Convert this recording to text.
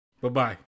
Bye-bye